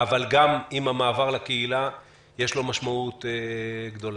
אבל עם המעבר לקהילה יש לו משמעות גדולה.